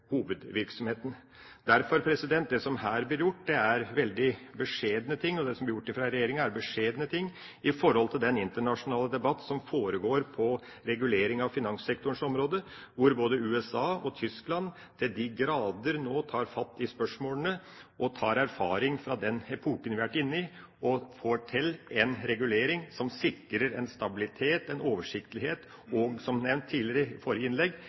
som sjølve hovedvirksomheten. Derfor: Det som her blir gjort fra regjeringas side, er veldig beskjedne ting i forhold til den internasjonale debatt som foregår om regulering av finanssektorens område. Både USA og Tyskland tar nå til de grader fatt i spørsmålene. De henter erfaring fra den epoken vi har vært inne i og får til en regulering som sikrer en stabilitet, en oversiktlighet og – som nevnt i tidligere innlegg – en utvikling i